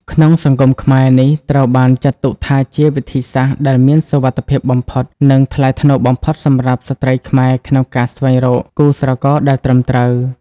ក្នុងសង្គមខ្មែរ នេះត្រូវបានចាត់ទុកថាជាវិធីសាស្រ្តដែលមានសុវត្ថិភាពបំផុត និងថ្លៃថ្នូរបំផុតសម្រាប់ស្ត្រីខ្មែរក្នុងការស្វែងរកគូស្រករដែលត្រឹមត្រូវ។